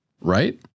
right